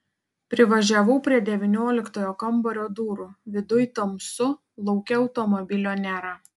privažiavau prie devynioliktojo kambario durų viduj tamsu lauke automobilio nėra